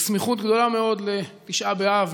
בסמיכות גדולה מאוד לתשעה באב,